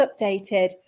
updated